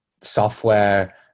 software